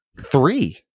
three